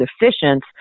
deficient